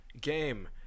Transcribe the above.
game